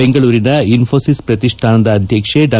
ಬೆಂಗಳೂರಿನ ಇನ್ಪೋಸಿಸ್ ಪ್ರತಿಷ್ಣಾನದ ಅಧ್ಯಕ್ಷೆ ಡಾ